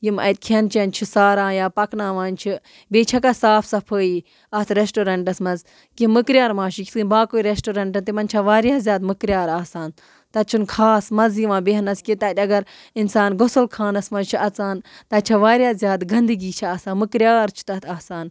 یِم اَتہِ کھٮ۪ن چٮ۪ن چھِ ساران یا پَکناوان چھِ بیٚیہِ چھَکان صاف صفٲیی اَتھ رٮ۪سٹورَنٛٹَس منٛز کہِ مٔکریار ما چھِ یِتھ کٔنۍ باقٕے رٮ۪سٹورَنٛٹَن تِمَن چھِ وارِیاہ زیادٕ مٔکرِیار آسان تَتہِ چھُنہٕ خاص مَزٕ یِوان بیٚہنَس کہِ تَتہِ اگر اِنسان گۄسل خانَس منٛز چھِ اَژان تَتہِ چھِ وارِیاہ زیادٕ گنٛدگی چھِ آسان مٔکریار چھُ تَتھ آسان